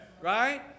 right